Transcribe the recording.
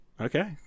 Okay